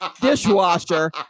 dishwasher